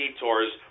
detours